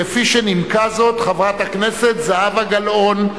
כפי שנימקה זאת חברת הכנסת זהבה גלאון.